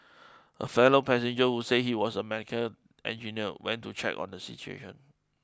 a fellow passenger who said he was a mechanical engineer went to check on the situation